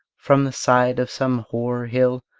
from the side of some hoar hill,